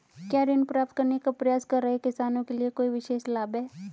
क्या ऋण प्राप्त करने का प्रयास कर रहे किसानों के लिए कोई विशेष लाभ हैं?